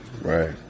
Right